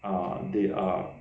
ah they are